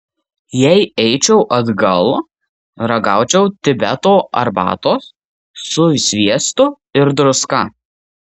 jei eičiau atgal ragaučiau tibeto arbatos su sviestu ir druska